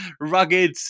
rugged